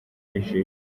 ijisho